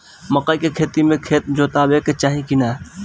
मकई के खेती मे खेत जोतावे के चाही किना?